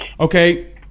Okay